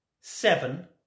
seven